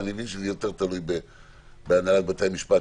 אני מבין שזה תלוי בהנהלת בתי המשפט,